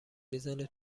میزنه